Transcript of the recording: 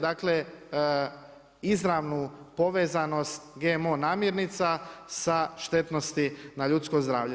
Dakle, izravnu povezanost GMO namjernica sa štetnosti na ljudsko zdravlje.